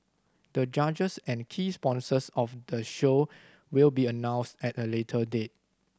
the judges and key sponsors of the show will be announced at a later date